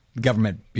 government